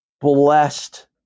blessed